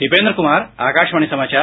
दीपेन्द्र कुमार आकाशवाणी समाचार